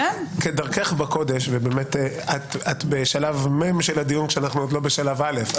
כדרכך בקודש את בשלב מ' של הדיון כשאנחנו עוד לא בשלב א'.